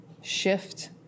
shift